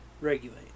Regulate